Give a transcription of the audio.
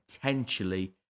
potentially